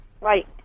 Right